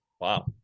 Wow